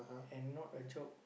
and not a job